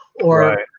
or-